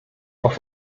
auf